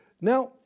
Now